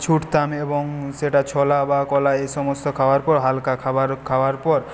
ছুটতাম এবং সেটা ছোলা বা কলা এসমস্ত খাওয়ার পর হালকা খাবার খাওয়ার পর